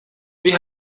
wie